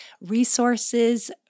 resources